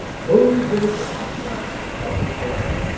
hold your tongue said his friend.